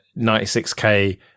96k